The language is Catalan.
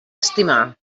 estimar